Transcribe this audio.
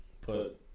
Put